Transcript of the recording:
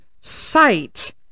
sight